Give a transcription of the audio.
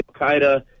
al-Qaeda